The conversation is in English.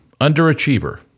underachiever